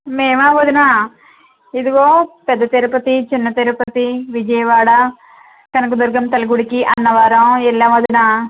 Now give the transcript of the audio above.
మేమా వదినా ఇదిగో పెద్ద తిరపతి చిన్న తిరపతి విజయవాడ కనకదుర్గమ్మ తల్లి గుడికి అన్నవరం వెళ్ళాం వదినా